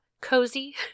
cozy